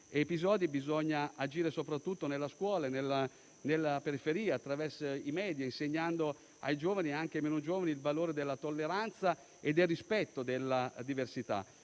episodi bisogna agire soprattutto nella scuola e nella periferia, attraverso i *media,* e insegnando ai giovani e anche ai meno giovani il valore della tolleranza e del rispetto della diversità.